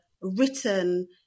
written